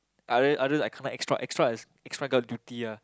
otherwise I kena extra extra extra guard duty ah